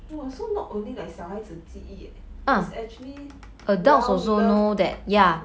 !wah! so not only like 小孩子记忆 leh it's actually well loved that mmhmm